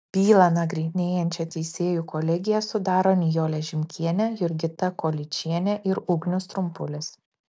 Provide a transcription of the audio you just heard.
bylą nagrinėjančią teisėjų kolegiją sudaro nijolė žimkienė jurgita kolyčienė ir ugnius trumpulis